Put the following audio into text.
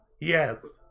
Yes